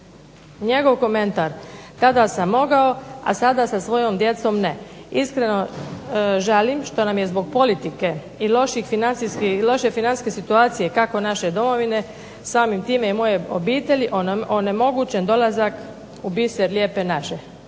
Njegov komentar tada sam mogao, a sada sa svojom djecom ne. Iskreno žalim što nam je zbog politike i loše financijske situacije, kako naše domovine, samim time i moje obitelji onemogućen dolazak u biser lijepe naše.